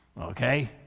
Okay